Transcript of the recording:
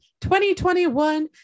2021